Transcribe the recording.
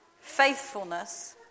faithfulness